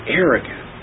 arrogant